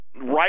right